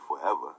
forever